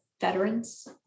veterans